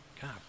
god